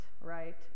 right